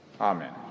Amen